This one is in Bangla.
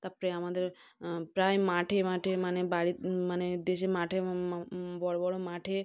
তারপরে আমাদের প্রায় মাঠে মাঠে মানে বাড়ি মানে দেশে মাঠে বড়ো বড়ো মাঠে